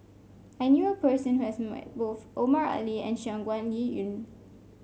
I knew a person who has met both Omar Ali and Shangguan Liuyun